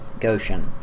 Goshen